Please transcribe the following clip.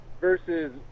versus